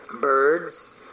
Birds